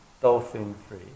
dolphin-free